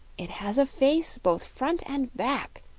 it has a face both front and back,